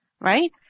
right